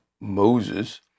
Moses